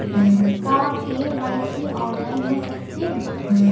का KYC online हो सकथे?